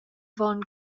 avon